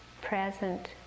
present